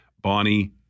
Bonnie